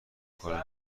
کنه